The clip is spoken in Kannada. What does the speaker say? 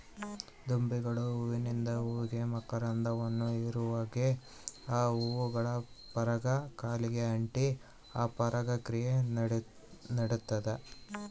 ದುಂಬಿಗಳು ಹೂವಿಂದ ಹೂವಿಗೆ ಹೋಗಿ ಮಕರಂದವನ್ನು ಹೀರುವಾಗೆ ಆ ಹೂಗಳ ಪರಾಗ ಕಾಲಿಗೆ ಅಂಟಿ ಪರಾಗ ಕ್ರಿಯೆ ನಡಿತದ